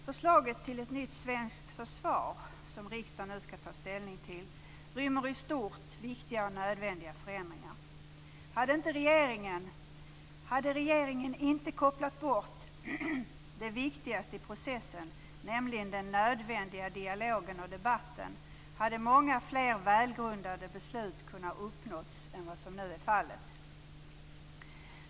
Herr talman! Förslaget till ett nytt svenskt försvar, som riksdagen nu ska ta ställning till, rymmer i stort viktiga och nödvändiga förändringar. Hade regeringen inte kopplat bort det viktigaste i processen, nämligen den nödvändiga dialogen och debatten, hade många fler välgrundade beslut kunnat uppnås än vad som nu är fallet.